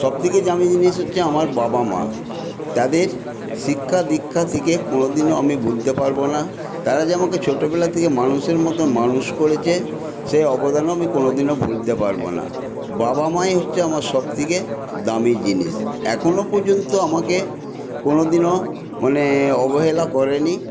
সবথেকে দামি জিনিস হচ্ছে আমার বাবা মা তাঁদের শিক্ষা দীক্ষা থেকে কোনোদিনও আমি ভুলতে পারব না তারাই আমাকে ছোটবেলা থেকে মানুষের মতো মানুষ করেছে সেই অবদানও আমি কোনোদিনও ভুলতে পারবো না বাবা মাই হচ্ছে আমার সবথেকে দামি জিনিস এখনো পর্যন্ত আমাকে কোনোদিনও মানে অবহেলা করেনি